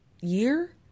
year